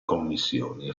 commissioni